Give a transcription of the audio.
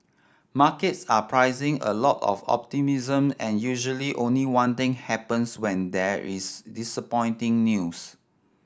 markets are pricing a lot of optimism and usually only one thing happens when there is disappointing news